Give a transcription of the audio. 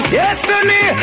destiny